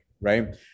right